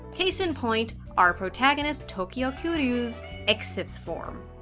case in point our protagonist tokio kuryuu's xth form